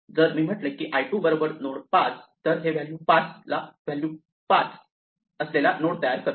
जर मी म्हटले की I2 नोड 5 तर हे 5 व्हॅल्यू असलेला नोड तयार करते